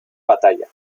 batalla